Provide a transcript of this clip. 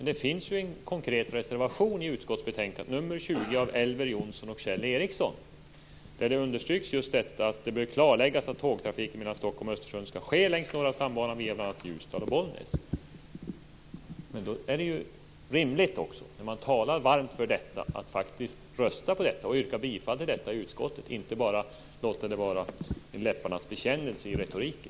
Det finns en konkret reservation i utskottsbetänkandet - nr 20 av Elver Jonsson och Kjell Ericsson - där det understryks just att det bör klarläggas att tågtrafiken mellan När man talar varmt för detta är det rimligt att faktiskt yrka bifall till det i utskottet och inte bara låta det vara en läpparnas bekännelse i retoriken.